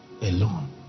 alone